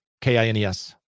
K-I-N-E-S